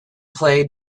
play